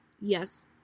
yes